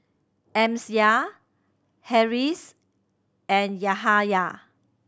Amsyar Harris and Yahaya